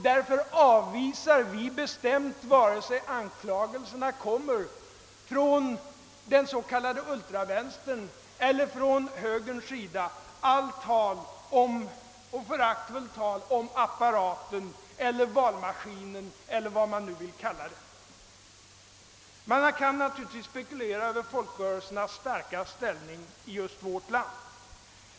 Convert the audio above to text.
Därför avvisar vi bestämt, vare sig anklagelserna kommer från den s.k. ultravänstern eller från högerns sida, allt föraktfullt tal om apparaten eller valmaskinen eller vad man nu vill kalla det. Man kan naturligtvis spekulera över folkrörelsernas starka ställning i just vårt land.